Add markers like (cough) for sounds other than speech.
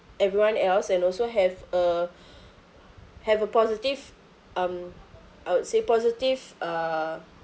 everyone else and also have a (breath) have a positive um I would say positive uh